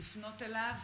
Welcome to the Knesset.